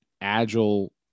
agile